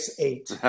eight